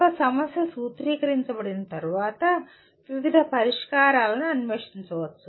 ఒక సమస్య సూత్రీకరించబడిన తర్వాత వివిధ పరిష్కారాలను అన్వేషించవచ్చు